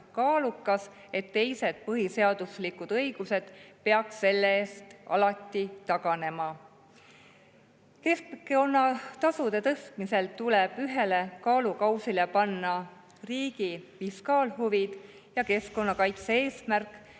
et teised põhiseaduslikud õigused peaks selle ees alati taganema. Keskkonnatasude tõstmisel tuleb ühele kaalukausile panna riigi fiskaalhuvid ja keskkonnakaitse eesmärk